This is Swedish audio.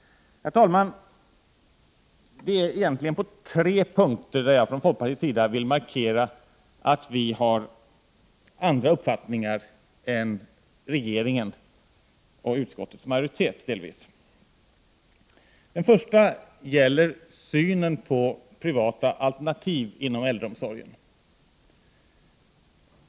Herr talman! Det är på tre punkter som vi från folkpartiet vill markera att vi har andra uppfattningar än regeringen och delvis utskottets majoritet. Den första punkten gäller synen på privata alternativ inom äldreomsorgen.